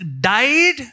died